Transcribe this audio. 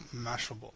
Mashable